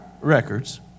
records